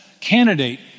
candidate